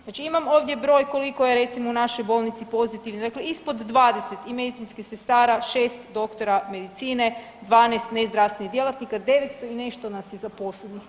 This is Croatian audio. Znači imam ovdje broj koliko je, recimo, u našoj bolnici pozitivno, dakle ispod 20 i medicinskih sestara, 6 doktora medicine, 12 nezdravstvenih djelatnika, 900 i nešto nas je zaposleno.